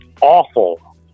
awful